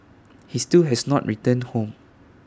he still has not returned home